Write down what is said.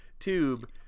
tube